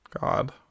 God